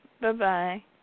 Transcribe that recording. Bye-bye